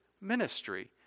ministry